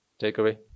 takeaway